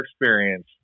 experience